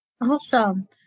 Awesome